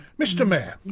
mr mayor